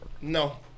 No